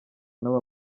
n’aba